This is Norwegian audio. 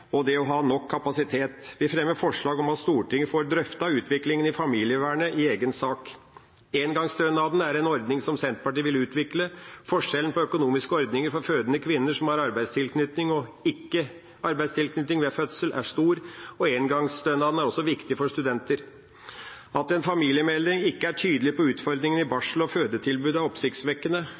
og det å ha nok kapasitet. Vi fremmer forslag om at Stortinget får drøftet utviklingen i familievernet i en egen sak. Engangsstønaden er en ordning som Senterpartiet vil utvikle. Forskjellen på økonomiske ordninger for fødende kvinner som har arbeidstilknytning og ikke har arbeidstilknytning ved fødsel er stor, og engangsstønaden er også viktig for studenter. At en familiemelding ikke er tydelig på utfordringene i barsel- og fødetilbudet er oppsiktsvekkende.